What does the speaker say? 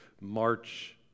March